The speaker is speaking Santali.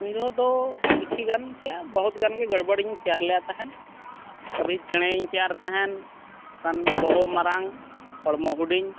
ᱩᱱ ᱡᱚᱠᱷᱚᱱ ᱫᱚ ᱠᱤᱪᱷᱤ ᱜᱟᱱ ᱠᱮᱭᱟ ᱵᱚᱦᱩᱛ ᱜᱟᱱ ᱜᱮ ᱜᱚᱲᱵᱚᱲᱤᱧ ᱛᱮᱭᱟᱨ ᱞᱮᱫᱟ ᱛᱟᱦᱮᱱ ᱠᱟᱹᱵᱷᱤ ᱪᱮᱬᱮᱧ ᱛᱮᱭᱟᱨ ᱛᱟᱦᱮᱱ ᱠᱷᱟᱱ ᱵᱚᱦᱚᱜ ᱢᱟᱨᱟᱝ ᱦᱚᱲᱢᱚ ᱦᱩᱰᱤᱧ